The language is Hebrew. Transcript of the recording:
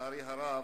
לצערי הרב.